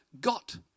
got